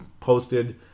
posted